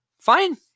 Fine